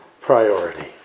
priority